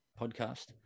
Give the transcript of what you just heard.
podcast